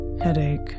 Headache